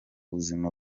buzima